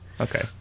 Okay